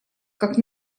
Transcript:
как